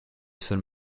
seul